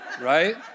Right